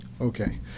Okay